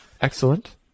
Excellent